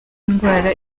indwara